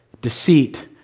deceit